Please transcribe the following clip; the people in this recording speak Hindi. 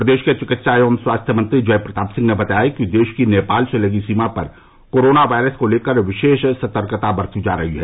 प्रदेश के चिकित्सा एवं स्वास्थ्य मंत्री जय प्रताप सिंह ने बताया कि देश की नेपाल से लगी सीमा पर कोरोना वायरस को लेकर विशेष सतर्कता बरती जा रही है